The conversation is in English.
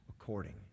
according